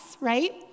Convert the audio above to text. right